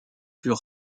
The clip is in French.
plus